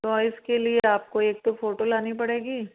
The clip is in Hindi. तो इसके लिए आपको एक तो फोटो लानी पड़ेंगी